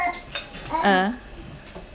ah